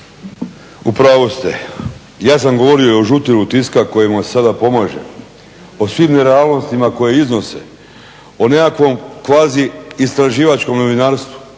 U pravu ste. Ja sam govorio o žutilu tiska kojemu se sada pomaže, o svim nerealnostima koje iznose, o nekakvom kvazi-istraživačkom novinarstvu,